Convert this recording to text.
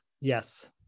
Yes